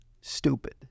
stupid